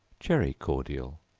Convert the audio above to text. cherry cordial.